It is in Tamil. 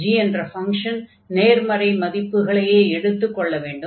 g என்ற ஃபங்ஷன் நேர்மறை மதிப்புகளையே எடுத்துக்கொள்ள வேண்டும்